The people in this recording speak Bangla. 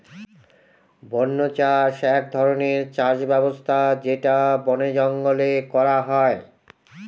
বন্য চাষ এক ধরনের চাষ ব্যবস্থা যেটা বনে জঙ্গলে করা হয়